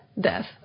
Death